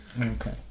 Okay